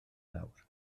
nawr